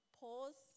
pause